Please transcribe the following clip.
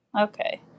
Okay